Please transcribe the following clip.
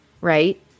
right